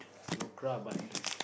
no crowd but the